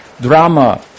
drama